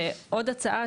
ועוד הצעה,